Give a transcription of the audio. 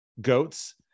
goats